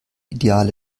ideale